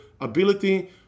ability